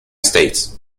states